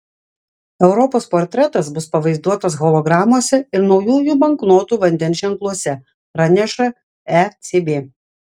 europos portretas bus pavaizduotas hologramose ir naujųjų banknotų vandens ženkluose praneša ecb